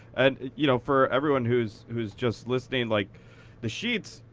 and you know for everyone who's who's just listening, like the sheets,